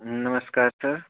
नमस्कार सर